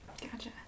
Gotcha